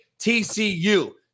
TCU